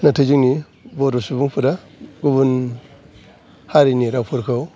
नाथाय जोंनि बर' सुबुंफोरा गुबुन हारिनि रावफोरखौ